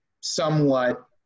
somewhat